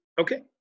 Okay